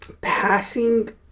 passing